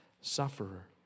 sufferer